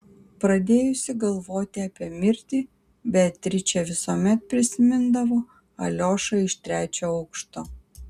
pradėjusi galvoti apie mirtį beatričė visuomet prisimindavo aliošą iš trečio aukšto